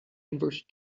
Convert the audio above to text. inverse